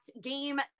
game